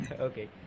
Okay